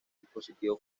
dispositivo